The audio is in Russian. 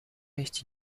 есть